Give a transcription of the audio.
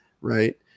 right